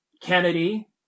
Kennedy